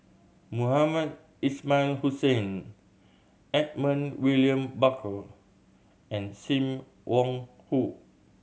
Mohamed Ismail Hussain Edmund William Barker and Sim Wong Hoo